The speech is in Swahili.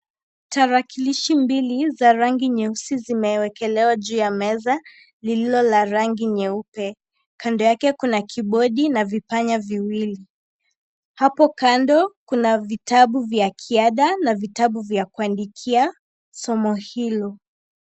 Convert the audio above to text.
Tarakilishi mbili za rangi nyeusi zimewekelewa juu ya meza lililo la rangi nyeupe, kando yake kuna kibodi na vipanya viwili. Hapo kando kuna vitabu vya kiada na vitabu vya kuandikia somo hilo.